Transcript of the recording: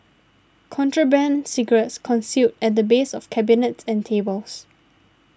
contraband cigarettes concealed at the base of cabinets and tables